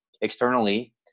externally